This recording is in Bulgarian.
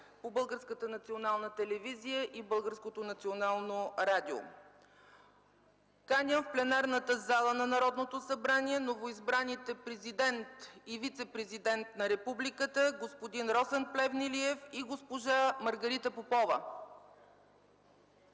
радио. Каня в пленарната зала на Народното събрание новоизбраните президент и вицепрезидент на Републиката господин Росен Плевнелиев и госпожа Маргарита Попова.